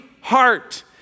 heart